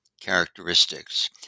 characteristics